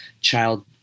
child